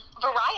variety